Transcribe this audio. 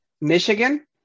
Michigan